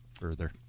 further